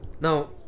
Now